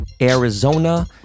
Arizona